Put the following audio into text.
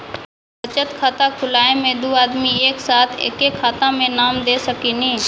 बचत खाता खुलाए मे दू आदमी एक साथ एके खाता मे नाम दे सकी नी?